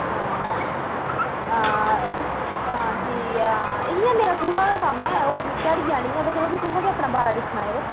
हां हां तां ठीक ऐ हां इ'यां मेरा थोह्ड़ा गै कम्म ऐ ओह् ध्याड़िया निं ऐ पर चलो भी तुसें ते अपना बारा दिक्खना जरो